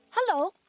Hello